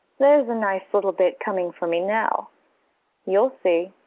there's a nice little bit coming for me now you'll see.